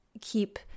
keep